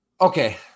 Okay